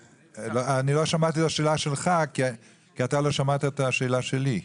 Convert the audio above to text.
אני לא שמעתי את השאלה שלך כי אתה לא שמעת את השאלה שלי.